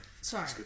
sorry